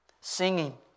Singing